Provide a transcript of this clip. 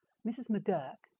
mrs. mcgurk,